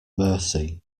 mercy